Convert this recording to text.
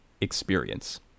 experience